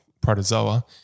protozoa